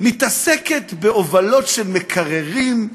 מתעסקת בהובלות של מקררים,